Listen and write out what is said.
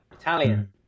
Italian